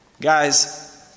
Guys